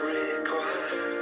required